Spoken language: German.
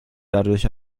dadurch